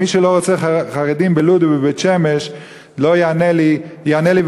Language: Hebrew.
ומי שלא רוצה חרדים בלוד ובבית-שמש יענה לי בבקשה